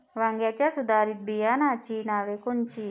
वांग्याच्या सुधारित बियाणांची नावे कोनची?